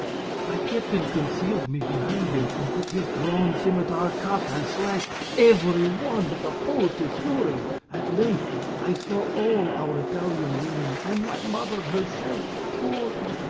my captain concealed me behind him and with his drawn scimitar cut and slashed every one that opposed his fury. at length i saw all our italian women, and my mother herself, torn,